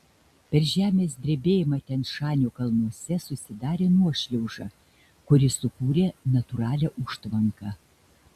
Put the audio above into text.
per žemės drebėjimą tian šanio kalnuose susidarė nuošliauža kuri sukūrė natūralią užtvanką